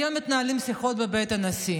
היום מתנהלות שיחות בבית הנשיא